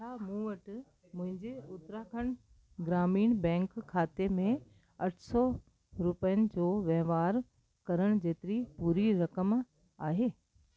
छा मूं वटि मुंहिंजे उत्तराखंड ग्रामीण बैंक खाते में अठ सौ रुपियनि जो वहिंवार करण जेतिरी पूरी रक़म आहे